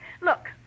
Look